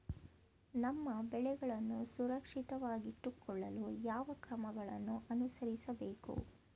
ನಮ್ಮ ಬೆಳೆಗಳನ್ನು ಸುರಕ್ಷಿತವಾಗಿಟ್ಟು ಕೊಳ್ಳಲು ಯಾವ ಕ್ರಮಗಳನ್ನು ಅನುಸರಿಸಬೇಕು?